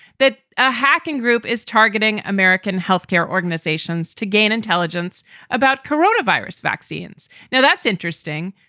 that a hacking group is targeting american health care organizations to gain intelligence about corona virus vaccines. now, that's interesting.